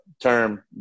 term